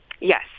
Yes